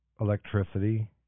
electricity